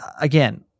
again